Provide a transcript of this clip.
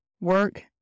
work